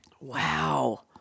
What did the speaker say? Wow